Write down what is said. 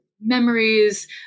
memories